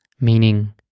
Meaning